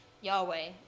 Yahweh